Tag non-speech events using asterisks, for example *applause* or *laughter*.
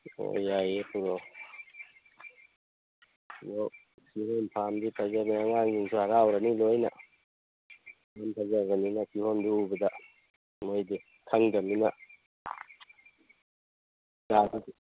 ꯑꯣ ꯌꯥꯏꯌꯦ ꯄꯣꯔꯛꯑꯣ ꯑꯗꯣ ꯀꯤꯍꯣꯝ ꯐꯥꯔꯝꯗꯤ ꯐꯖꯕꯅꯤ ꯑꯉꯥꯡꯁꯤꯡꯁꯨ ꯍꯔꯥꯎꯔꯅꯤ ꯂꯣꯏꯅ ꯑꯗꯨꯝ ꯐꯖꯕꯅꯤꯅ ꯀꯤꯍꯣꯝꯗꯨ ꯎꯕꯗ ꯃꯣꯏꯗꯤ ꯈꯪꯗꯃꯤꯅ *unintelligible*